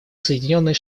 соединенные